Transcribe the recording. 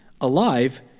Alive